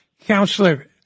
Counselor